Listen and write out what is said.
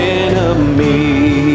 enemy